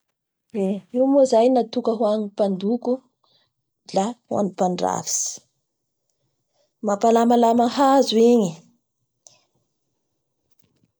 Eee! Io moa zay natoka ho an'ny mpandoko la ho an'ny mpandrafitsy, mampalamalama hazo igny.